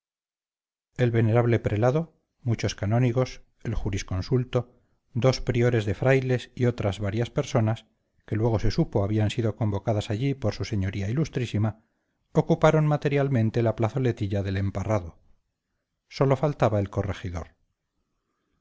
el venerable prelado muchos canónigos el jurisconsulto dos priores de frailes y otras varias personas que luego se supo habían sido convocadas allí por su señoría ilustrísima ocuparon materialmente la plazoletilla del emparrado sólo faltaba el corregidor